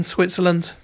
Switzerland